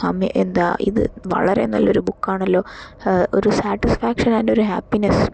അമ്മേ എന്താ ഇത് വളരെ നല്ലൊരു ബുക്കാണല്ലോ ഒരു സാറ്റിസ്ഫാക്ഷൻ ആൻഡ് ഒരു ഹാപ്പിനസ്സ്